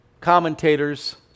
commentators